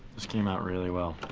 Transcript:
this came out really well.